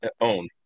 own